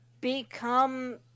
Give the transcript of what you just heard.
become